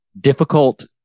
difficult